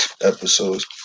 episodes